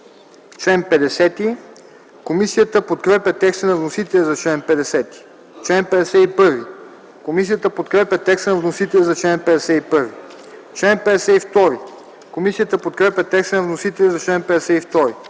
чл. 50. Комисията подкрепя текста на вносителя за чл. 51. Комисията подкрепя текста на вносителя за чл. 52. Комисията подкрепя текста на вносителя за чл. 53.